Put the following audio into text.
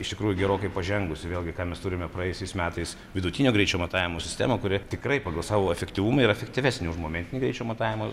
iš tikrųjų gerokai pažengusi vėlgi ką mes turime praėjusiais metais vidutinio greičio matavimo sistemą kuri tikrai pagal savo efektyvumą yra efektyvesnė už momentinį greičio matavimo